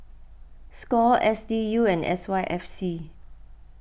Score S D U and S Y F C